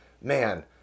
man